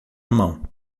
mão